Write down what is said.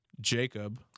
Jacob